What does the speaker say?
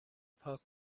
پاک